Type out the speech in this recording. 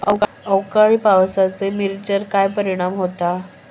अवकाळी पावसाचे मिरचेर काय परिणाम होता?